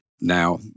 now